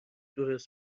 درست